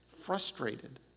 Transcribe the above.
frustrated